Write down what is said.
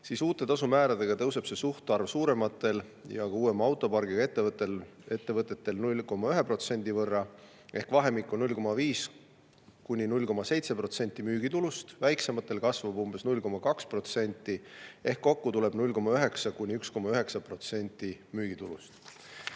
siis uute tasumääradega tõuseb see suhtarv suurematel ja uuema autopargiga ettevõtetel 0,1% võrra ehk vahemikku 0,5–0,7% müügitulust. Väiksematel kasvab see umbes 0,2% [võrra] ehk kokku tuleb 0,9–1,9% müügitulust.